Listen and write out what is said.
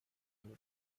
nom